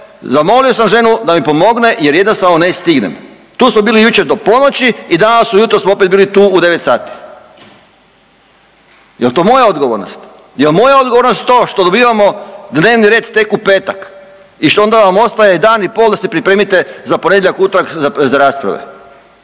zamolio sam ženu da mi pomogne jer jednostavno ne stignem tu smo bili jučer do ponoći i danas ujutro smo opet bili tu u 9 sati. Jel to moja odgovornost? Jel moja odgovornost to što dobivamo dnevni red tek u petak i što onda vam ostaje dan i pol da se pripremite za ponedjeljak, utorak za rasprave?